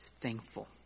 thankful